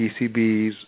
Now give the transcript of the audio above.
PCBs